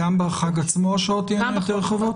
גם בחג עצמו השעות יהיו יותר רחבות?